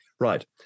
Right